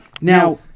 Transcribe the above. Now